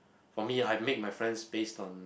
for me I make my friends based on